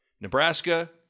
Nebraska